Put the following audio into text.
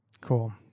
cool